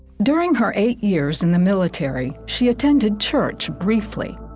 during her eight years in the military she attended church briefly.